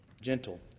gentle